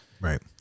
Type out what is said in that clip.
Right